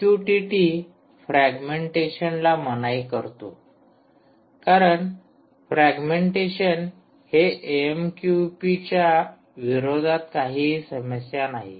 MQTT फ्रॅगमेंटेशनला मनाई करतो कारण फ्रॅगमेंटेशन हे एएमक्यूपीच्या विरोधात काहीही समस्या नाही